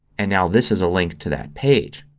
and now this is a link to that page.